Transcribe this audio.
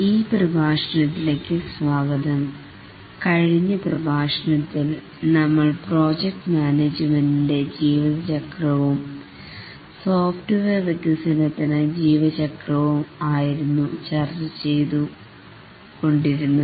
ഈ പ്രഭാഷണത്തിലേക്ക് സ്വാഗതം കഴിഞ്ഞ പ്രഭാഷണത്തിൽ നമ്മൾ പ്രോജക്ട് മാനേജ്മെൻറ്ൻറെ ജീവചക്രവും സോഫ്റ്റ്വെയർ വികസനത്തിന് ജീവചക്രവും ആയിരുന്നു ചർച്ച ചെയ്തു കൊണ്ടിരുന്നത്